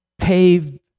paved